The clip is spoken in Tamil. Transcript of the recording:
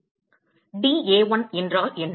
dA1 என்றால் என்ன